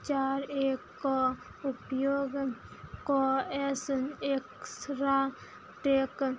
चारि एकके उपयोग कऽ एस एक्सरा टेक